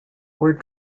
were